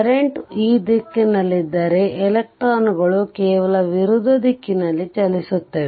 current ಈ ದಿಕ್ಕಿನಲ್ಲಿದ್ದರೆ ಎಲೆಕ್ಟ್ರಾನ್ಗಳು ಕೇವಲ ವಿರುದ್ಧ ದಿಕ್ಕಿನಲ್ಲಿ ಚಲಿಸುತ್ತವೆ